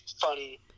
funny